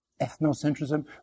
ethnocentrism